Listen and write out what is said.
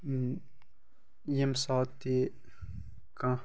ییٚمہِ ساتہٕ تہِ کانٛہہ